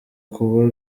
kuba